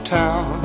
town